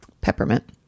peppermint